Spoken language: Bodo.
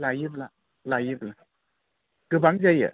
लायोब्ला लायोब्ला गोबां जायो